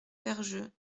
ferjeux